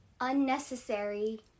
unnecessary